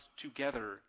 together